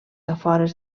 afores